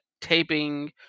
taping